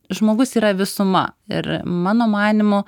žmogus yra visuma ir mano manymu